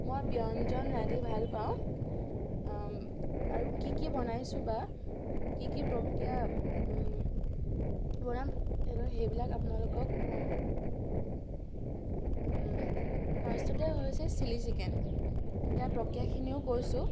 মই ব্যঞ্জন ৰান্ধি ভাল পাওঁ আৰু কি কি বনাইছোঁ বা কি কি প্ৰক্ৰিয়া বনাম এইটো সেইবিলাক আপোনালোকক ক'ম ফাৰ্ষ্টতে হৈছে চিলি চিকেন ইয়াৰ প্ৰক্ৰিয়াখিনিও কৈছোঁ